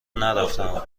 نرفتهام